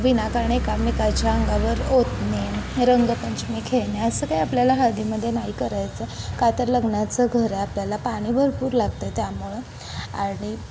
विनाकारण एकामेकाच्या अंगावर ओतणे रंगपंचमी खेळणे असं काही आपल्याला हळदीमध्ये नाही करायचं आहे काय तर लग्नाचं घर आहे आपल्याला पाणी भरपूर लागतं आहे त्यामुळं आणि